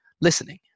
listening